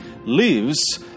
lives